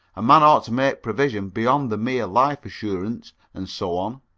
a man ought to make provision beyond the mere life-assurance and so on.